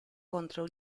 contro